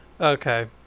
Okay